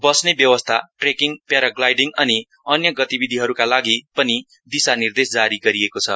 बस्ने व्यवस्था trekking paragliding अनि अन्य गतिविधिहरूका लागि पनि दिशानिर्देश जारि गरिएको छ